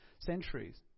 centuries